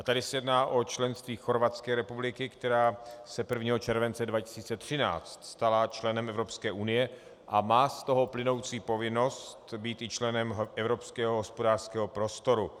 Tady se jedná o členství Chorvatské republiky, která se 1. července 2013 stala členem Evropské unie a má z toho plynoucí povinnost být i členem Evropského hospodářského prostoru.